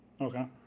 Okay